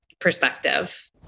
perspective